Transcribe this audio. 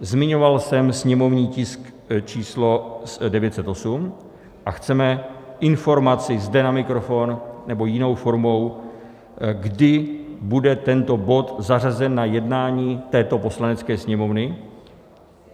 Zmiňoval jsem sněmovní tisk číslo 908, a chceme informaci zde na mikrofon nebo jinou formou, kdy bude tento bod zařazen na jednání této Poslanecké sněmovny,